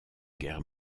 guerre